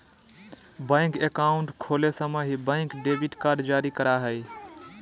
bank account खोले समय ही, बैंक डेबिट कार्ड जारी करा हइ